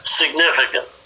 significant